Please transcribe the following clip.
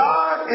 God